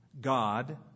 God